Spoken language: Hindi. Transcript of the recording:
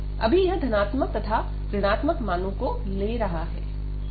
अभी यह धनात्मक तथा ऋणात्मक मानों को ले रहा है